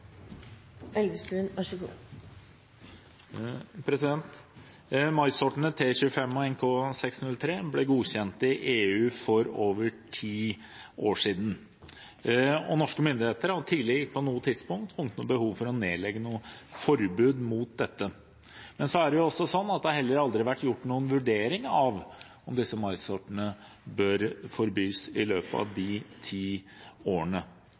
og NK603 ble godkjent i EU for over ti år siden. Norske myndigheter har ikke tidligere på noe tidspunkt funnet behov for å nedlegge noe forbud mot disse. Men det har i løpet av de ti årene heller aldri vært gjort noen vurdering av om disse maissortene bør forbys. Departementet viser riktignok til at T25 ikke er å anse som lovlig i Norge, men problemet her er at det i løpet av disse ti årene